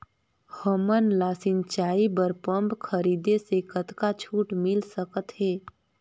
हमन ला सिंचाई बर पंप खरीदे से कतका छूट मिल सकत हे?